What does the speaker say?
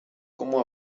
como